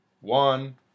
one